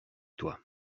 toi